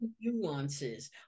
nuances